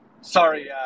Sorry